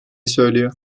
söylüyor